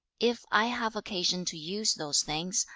if i have occasion to use those things,